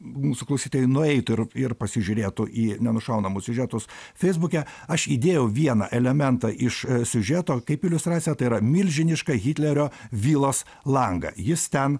mūsų klausytojai nueitų ir ir pasižiūrėtų į nenušaunamus siužetus feisbuke aš įdėjau vieną elementą iš siužeto kaip iliustraciją tai yra milžinišką hitlerio vilos langą jis ten